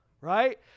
right